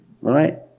right